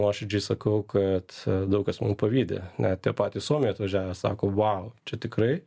nuoširdžiai sakau kad daug kas mum pavydi na tie patys suomiai atvažiavę sako vau čia tikrai